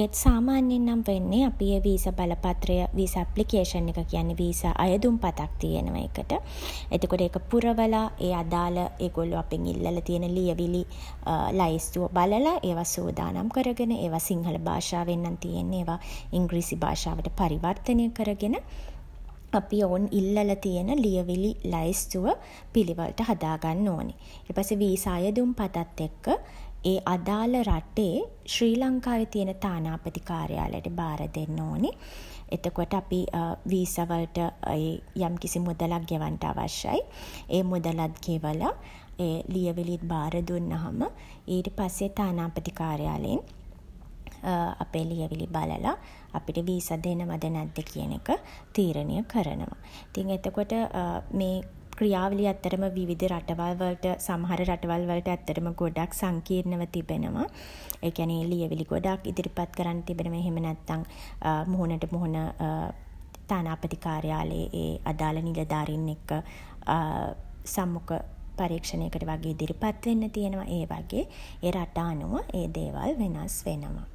ඒත් සාමාන්‍යයෙන් නම් වෙන්නේ අපි ඒ වීසා බලපත්‍රය වීසා ඇප්ලිකේෂන් එක කියන්නේ වීසා අයදුම්පතක් තියෙනවා ඒකට. එතකොට ඒක පුරවලා ඒ අදාළ ඒගොල්ලෝ අපෙන් ඉල්ලලා තියෙන ලියවිලි ලැයිස්තුව බලල ඒවා සූදානම් කරගෙන ඒවා සිංහල භාෂාවෙන් නම් තියෙන්නේ ඒවා ඉංග්‍රීසි භාෂාවට පරිවර්තනය කරගෙන අපි ඔවුන් ඉල්ලලා තියෙන ලියවිලි ලැයිස්තුව පිළිවෙලට හදා ගන්න ඕනේ. ඊට පස්සේ වීසා අයදුම්පතත් එක්ක ඒ අදාළ රටේ ශ්‍රී ලංකාවේ තියෙන තානාපති කාර්යාලයට බාර දෙන්න ඕනේ. එතකොට අපි වීසා වලට ඒ යම්කිසි මුදලක් ගෙවන්ට අවශ්‍යයි. ඒ මුදලත් ගෙවල ලියවිලිත් බාර දුන්නහම ඊට පස්සේ තානාපති කාර්යාලයෙන් අපේ ලියවිලි බලල අපිට වීසා දෙනවද නැද්ද කියන එක තීරණය කරනවා. ඉතින් එතකොට මේ ක්‍රියාවලිය විවිධ රටවල් වලට සමහර රටවල් වලට ඇත්තටම ගොඩක් සංකීර්ණව තිබෙනවා. ඒ කියන්නේ ඒ ලියවිලි ගොඩක් ඉදිරිපත් කරන්න තිබෙනවා. එහෙම නැත්නම් මුහුණට මුහුණ තානාපති කාර්යාලයේ ඒ අදාළ නිලධාරීන් එක්ක සම්මුඛ පරීක්ෂණයකට වගේ ඉදිරිපත් වෙන්න තියෙනවා. ඒ වගේ ඒ රට අනුව ඒ දේවල් වෙනස් වෙනවා.